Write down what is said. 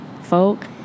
folk